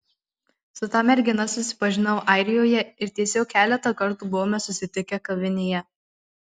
su ta mergina susipažinau airijoje ir tiesiog keletą kartų buvome susitikę kavinėje